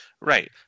Right